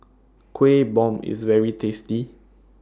Kueh Bom IS very tasty